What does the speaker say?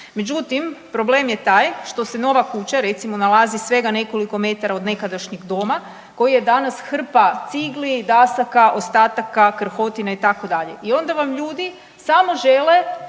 Međutim, problem je taj što se nova kuća recimo nalazi svega nekoliko metara od nekadašnjeg doma koji je danas hrpa cigli, dasaka, ostataka, krhotina itd. I onda vam ljudi samo žele,